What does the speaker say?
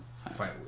Fight